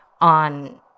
on